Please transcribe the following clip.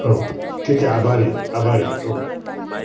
okay ठीक आहे आभारी आहे आभारी आहे ओके